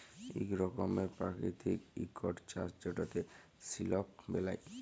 ইক রকমের পারকিতিক ইকট চাষ যেটতে সিলক বেলায়